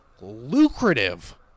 lucrative